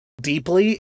deeply